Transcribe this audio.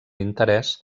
interès